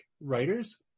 writers